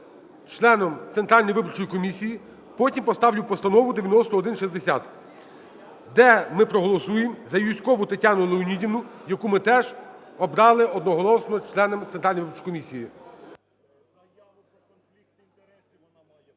членом Центральної виборчої комісії, потім поставлю Постанову 9160, де ми проголосуємо за Юзькову Тетяну Леонідівну, яку ми теж обрали одноголосно членом Центральної виборчої комісії.